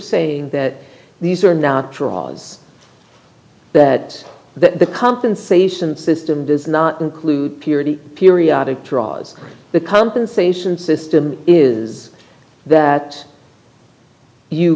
saying that these are not draws that that the compensation system does not include purity periodic draws the compensation system is that you